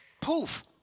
poof